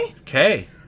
Okay